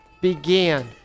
began